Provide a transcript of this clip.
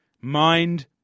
Mind